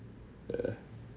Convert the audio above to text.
uh